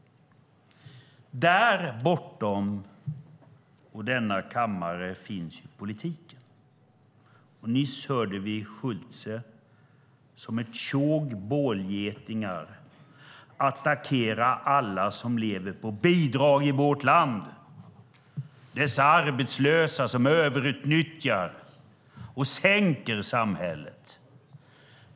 Där bortom och denna kammare finns politiken. Nyss hörde vi Schulte, som ett tjog bålgetingar, attackera alla som lever på bidrag i vårt land - dessa arbetslösa som överutnyttjar och sänker samhället.